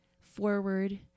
forward